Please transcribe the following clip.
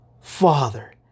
Father